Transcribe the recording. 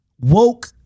woke